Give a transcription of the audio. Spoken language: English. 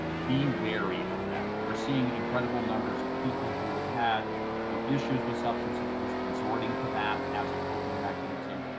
be wary of that. we're seeing incredible numbers of people who have had you know issues with substance abuse resorting to that as a coping mechanism.